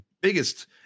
biggest